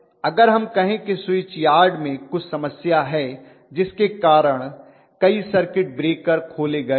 अगर हम कहें कि स्विच यार्ड में कुछ समस्या है जिसके कारण कई सर्किट ब्रेकर खोले गए हैं